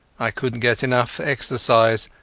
i couldnat get enough exercise,